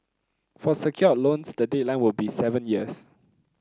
for secured loans the deadline will be seven years